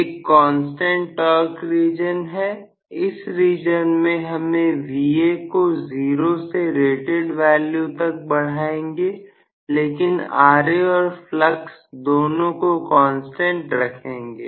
एक constant torque region है इस रीजन में हम Va को 0 से रेटेड वैल्यू तक बढ़ाएंगे लेकिन Ra और फ्लक्स दोनों को कांस्टेंट रखेंगे